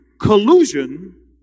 collusion